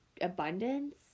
Abundance